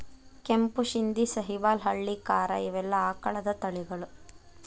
ಕೆಂಪು ಶಿಂದಿ, ಸಹಿವಾಲ್ ಹಳ್ಳಿಕಾರ ಇವೆಲ್ಲಾ ಆಕಳದ ತಳಿಗಳು